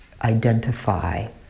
identify